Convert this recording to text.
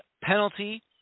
penalty